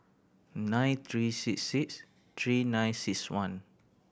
nine three six six three nine six one